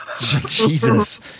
Jesus